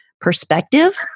perspective